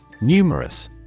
Numerous